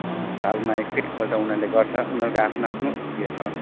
सालमा एक पल्ट उनीहरूले गर्छ उनीहरूको आफ्नो आफ्नो यो छ